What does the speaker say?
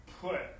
put